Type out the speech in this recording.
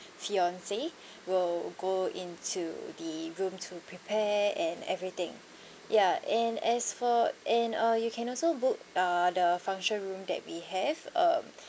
fiancee will go into the room to prepare and everything ya and as for and uh you can also book uh the function room that we have um